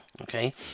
okay